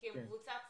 הם קבוצת סיכון,